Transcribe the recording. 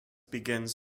begins